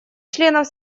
членов